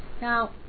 now